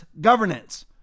governance